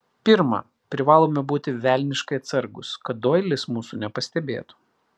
pirma privalome būti velniškai atsargūs kad doilis mūsų nepastebėtų